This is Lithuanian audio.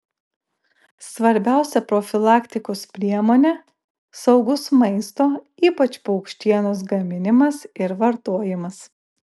svarbiausia profilaktikos priemonė saugus maisto ypač paukštienos gaminimas ir vartojimas